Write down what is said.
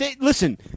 Listen